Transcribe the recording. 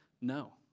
No